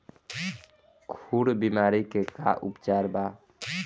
खुर बीमारी के का उपचार बा?